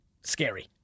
scary